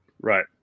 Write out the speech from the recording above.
Right